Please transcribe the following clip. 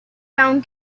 found